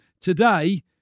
today